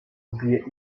wbiję